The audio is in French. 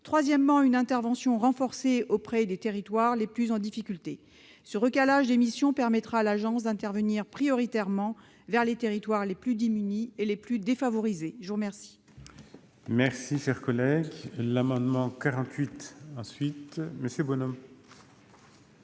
troisièmement, une intervention renforcée auprès des territoires les plus en difficulté. Ce recalage des missions permettra à l'agence d'intervenir prioritairement en faveur des territoires les plus démunis et les plus défavorisés. L'amendement